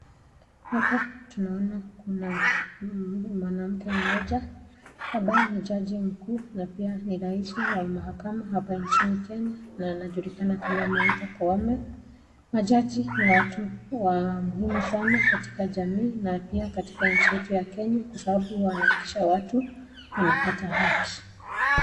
Hapa tunaona kuna mwanamke mmoja ambaye ni jaji mkuu na pia ni rais wa mahakama hapa nchini Kenya, na anajulikana kama Martha Koome. Majaji ni watu wa muhimu sana katika jamii na pia katika nchi yetu ya Kenya kwa sababu wanahakikisha watu wanapata haki.